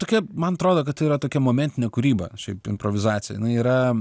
tokia man atrodo kad tai yra tokia momentinė kūryba šiaip improvizacija jinai yra